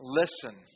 listen